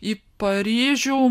į paryžių